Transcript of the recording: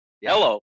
yellow